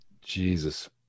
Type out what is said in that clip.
Jesus